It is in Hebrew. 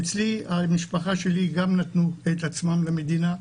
אצלי המשפחה שלי גם נתנו את עצמם למדינה,